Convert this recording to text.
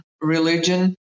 religion